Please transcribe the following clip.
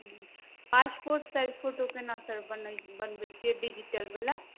हमहूँ passport size photo केना sir बनै बनबै छियै डिजिटल बला